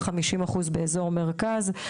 ו-50% באזור מרכז.